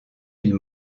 ils